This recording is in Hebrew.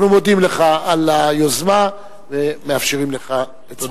אנחנו מודים לך על היוזמה ונותנים לך את זכות הדיבור.